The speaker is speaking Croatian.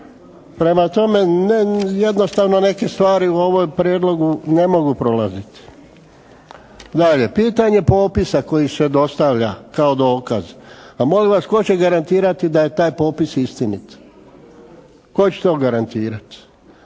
Prema tome, jednostavno neke stvari u ovom prijedlogu ne mogu prolaziti. Dalje, pitanje popisa koji se dostavlja kao dokaz. Pa molim vas tko će garantirati da je taj popis istinit? Tko će to garantirati?